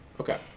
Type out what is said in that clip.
Okay